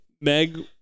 Meg